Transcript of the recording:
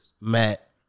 Matt